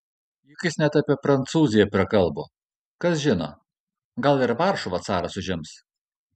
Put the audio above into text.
juk jis net apie prancūziją prakalbo kas žino gal ir varšuvą caras užims